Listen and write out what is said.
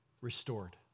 restored